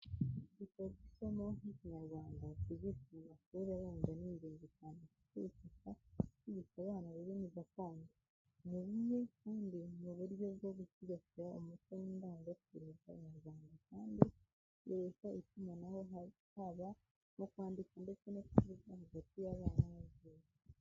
Ibitabo by'isomo ry'ikinyarwanda kigishwa mu mashuri abanza ni ingenzi cyane kuko bifasha kwigisha abana ururimi gakondo. Ni bumwe kandi mu buryo bwo gusigasira umuco n'indangagaciro z'abanyarwanda kandi byoroshya itumanaho haba mu kwandika ndetse no kuvuga hagati y'abana n'ababyeyi.